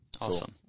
Awesome